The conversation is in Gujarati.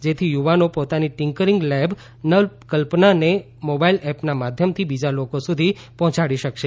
જેથી યુવાનો પોતાની ટીંકરીંગ લેબ નવકલ્પનાનેમોબાઇલ એપના માધ્યમથી બીજા લોકો સુધી પહોંચાડી શકશે